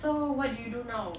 so what do you do now